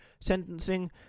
sentencing